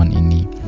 and need